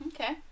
Okay